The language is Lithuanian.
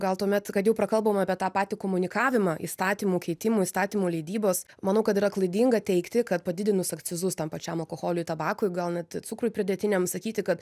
gal tuomet kad jau prakalbom apie tą patį komunikavimą įstatymų keitimų įstatymų leidybos manau kad yra klaidinga teigti kad padidinus akcizus tam pačiam alkoholiui tabakui gal net ir cukrui pridėtiniam sakyti kad